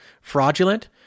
fraudulent